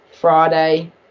Friday